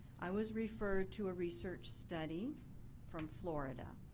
i was referred to a research study from florida.